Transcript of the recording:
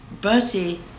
Bertie